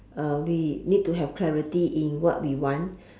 uh we need to have clarity in what we want